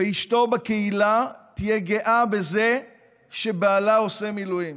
אשתו בקהילה תהיה גאה בזה שבעלה עושה מילואים,